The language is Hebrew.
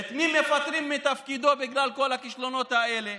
את מי מפטרים מתפקידו בגלל כל הכישלונות האלה,